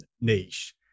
niche